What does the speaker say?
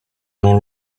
non